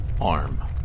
arm